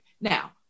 now